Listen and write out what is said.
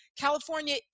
California